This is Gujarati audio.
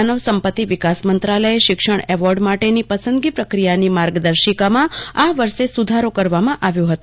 માનવસંપત્તિ વિકાસ મંત્રાલયે શિક્ષષ્ન એવોર્ડ માટેની પસંદગી પ્રક્રિયાની માર્ગદર્શિકામાં આ વર્ષે સુધારો કરવામાં આવ્યો હતો